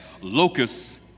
locusts